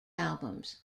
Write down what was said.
albums